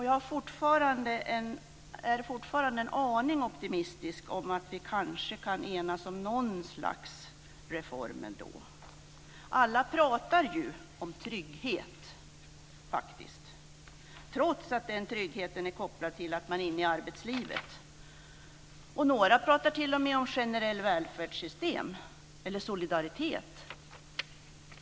Jag är fortfarande en aning optimistisk om att vi kanske kan enas om någon slags reform ändå. Alla pratar ju om trygghet, trots att den tryggheten är kopplad till att man är inne i arbetslivet. Några pratar t.o.m. om generellt välfärdssystem eller solidaritet.